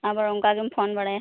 ᱟᱵᱟᱨ ᱚᱱᱠᱟᱜᱮᱢ ᱯᱷᱳᱱ ᱵᱟᱲᱟᱭᱟ